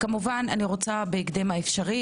כמובן אני רוצה בהקדם האפשרי,